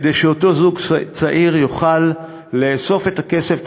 כדי שאותו זוג צעיר יוכל לאסוף את הכסף,